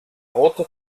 rote